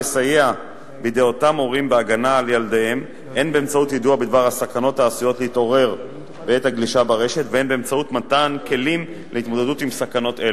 בצד יתרונותיה הרבים, גם סכנות ותופעות שליליות,